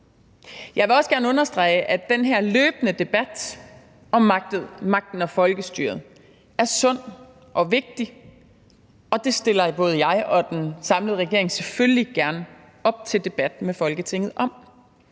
Jeg vil også gerne understrege, at den her løbende debat om magten og folkestyret er sund og vigtig, og det stiller både jeg og den samlede regering selvfølgelig gerne op til debat med Folketinget om.